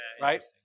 Right